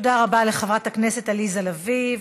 תודה רבה לחברת הכנסת עליזה לביא.